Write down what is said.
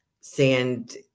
sand